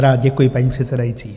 Rád, děkuji, paní předsedající.